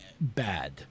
bad